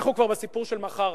אנחנו כבר בסיפור של מחר.